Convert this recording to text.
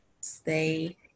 stay